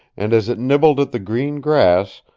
and as it nibbled at the green grass,